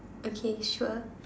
okay sure